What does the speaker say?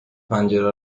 پنجره